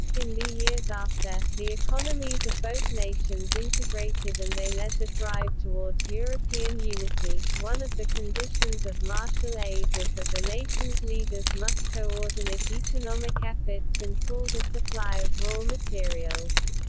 in the years after, the economies of both nations integrated and they led the drive towards european unity one of the conditions of marshall aid was that the nations' leaders must co-ordinate economic efforts and pool the supply of raw materials.